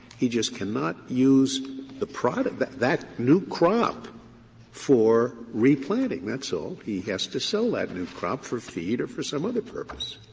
he just cannot use the product that that new crop for replanting. that's all. he has to sell that new crop for feed or for some other purpose.